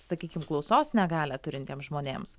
sakykim klausos negalią turintiem žmonėms